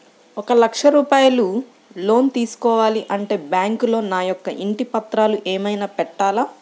ఒక లక్ష రూపాయలు లోన్ తీసుకోవాలి అంటే బ్యాంకులో నా యొక్క ఇంటి పత్రాలు ఏమైనా పెట్టాలా?